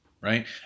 right